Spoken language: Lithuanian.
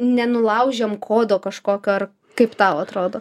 nenulaužiam kodo kažkokio ar kaip tau atrodo